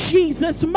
Jesus